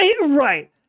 Right